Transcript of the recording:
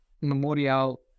Memorial